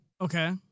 okay